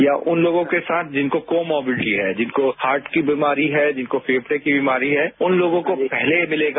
या उन लोगों के साथ जिनको को मोबिलिटी है जिनको हार्ट की बीमारी है जिनको फेंफड़े की बीमारी है उन लोगों को पहले मिलेगा